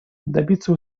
добиться